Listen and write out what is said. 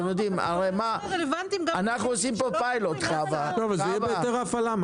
גם אם יש כאן בעיה ליידע את הציבור על תוכן הדברים,